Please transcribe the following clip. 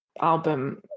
album